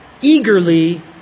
eagerly